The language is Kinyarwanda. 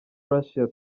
russia